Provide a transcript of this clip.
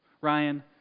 Ryan